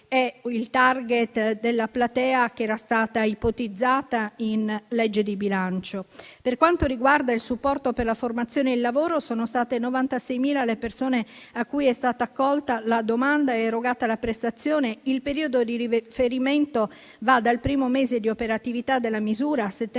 il *target* della platea che era stata ipotizzata in legge di bilancio. Per quanto riguarda il supporto per la formazione e il lavoro, sono state 96.000 le persone a cui è stata accolta la domanda ed erogata la prestazione. Il periodo di riferimento va dal primo mese di operatività della misura (settembre